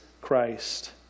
Christ